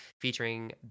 featuring